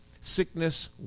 sickness